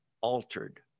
altered